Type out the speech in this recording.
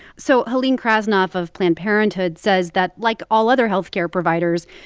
so helene krasnoff of planned parenthood says that like all other health care providers,